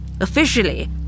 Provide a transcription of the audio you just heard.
Officially